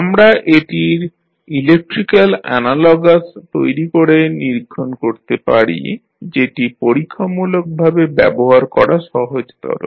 আমরা এটির electrical analogous তৈরি করে নিরীক্ষণ করতে পারি যেটি পরীক্ষামূলকভাবে ব্যবহার করা সহজতর